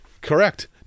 Correct